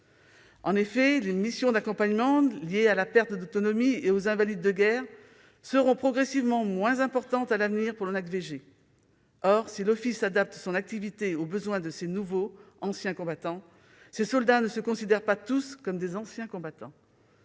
En effet, les missions d'accompagnement liées à la perte d'autonomie et aux invalides de guerre seront progressivement moins importantes à l'avenir pour l'ONACVG. Or, si l'Office adapte son activité aux besoins de ces « nouveaux » anciens combattants, ces soldats ne se considèrent pas tous comme des anciens combattants.